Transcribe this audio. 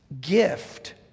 gift